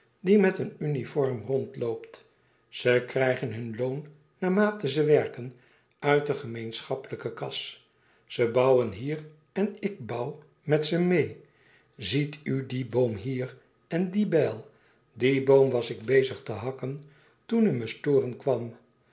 die met een uniform rondloopt ze krijgen hun loon naarmate ze werken uit de gemeenschappelijke kas ze bouwen hier en ik bouw met ze meê ziet u dien boom hier en die bijl dien boom was ik bezig te hakken toen u me storen kwam